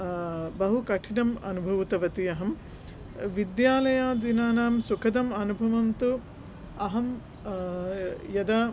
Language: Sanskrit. बहु कठिनं अनुभूतवती अहं विद्यालयदिनानां सुखदं अनुभवं तु अहं यदा